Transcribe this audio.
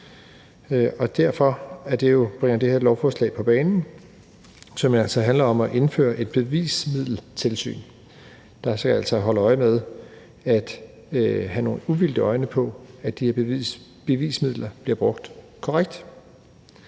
Det bringer så det her lovforslag på banen, som altså handler om at indføre et bevismiddeltilsyn, der altså skal holde øje med det og have nogle uvildige øjne på, om de her bevismidler bliver brugt korrekt.